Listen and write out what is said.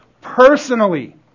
personally